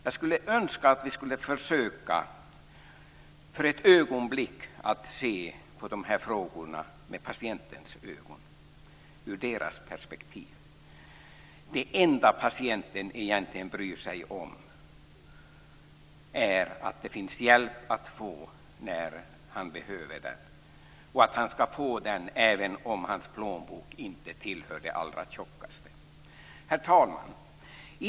Jag skulle önska att vi för ett ögonblick skulle försöka att se på dessa frågor med patienternas ögon och ur deras perspektiv. Det enda patienten egentligen bryr sig om är att det finns hjälp att få när han behöver den och att han ska få den även om hans plånbok inte hör till de allra tjockaste. Herr talman!